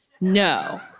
No